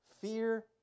Fear